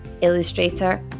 illustrator